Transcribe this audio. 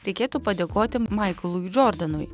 reikėtų padėkoti maiklui džordanui